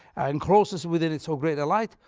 encloses within it so great a light,